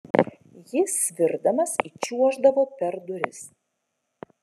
jis svirdamas įčiuoždavo per duris